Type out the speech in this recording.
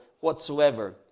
whatsoever